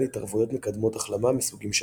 התערבויות מקדמות החלמה מסוגים שונים.